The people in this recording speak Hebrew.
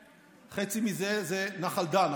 שחצי מזה זה נחל דן,